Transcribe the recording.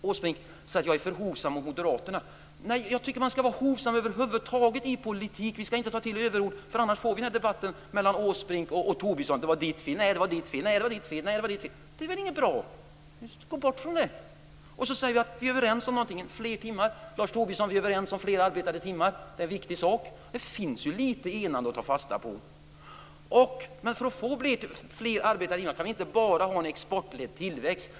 Åsbrink säger att jag är för hovsam mot moderaterna, men jag tycker att vi i politiken över huvud taget skall vara hovsamma. Vi skall inte ta till överord. Annars får vi en sådan debatt som mellan Åsbrink och Tobisson: Det var ditt fel! Nej, det var ditt fel -. Det är inte bra. Sluta med det där! Visst, Lars Tobisson är vi överens om att det är viktigt med fler arbetade timmar. Det finns ju litet av enighet att ta fasta på. Men för att få fler arbetade timmar kan vi inte bara ha en exportledd tillväxt.